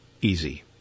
easy